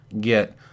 get